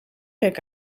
gek